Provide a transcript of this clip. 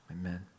amen